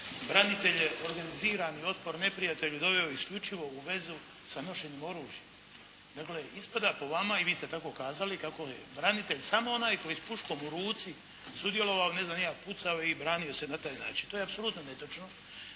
branitelje, organizirani otpor neprijatelju doveo isključivo u vezu sa nošenjem oružja. Dakle ispada po vama i vi ste tako kazali kako je branitelj samo onaj koji s puškom u ruci sudjelovao ne znam ni ja pucao i branio se na taj način. To je apsolutno netočno.